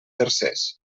tercers